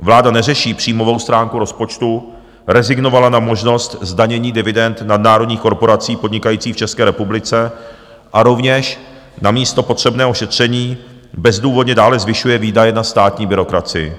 Vláda neřeší příjmovou stránku rozpočtu, rezignovala na možnost zdanění dividend v nadnárodních korporacích podnikajících v České republice a rovněž namísto potřebného šetření bezdůvodně dále zvyšuje výdaje na státní byrokracii.